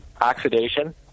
oxidation